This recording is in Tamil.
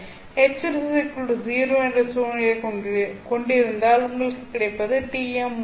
Hz 0 என்ற சூழ்நிலையை கொண்டிருந்தால் உங்களுக்கு கிடைப்பது TM மோட்கள்